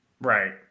right